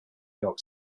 york